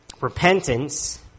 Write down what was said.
repentance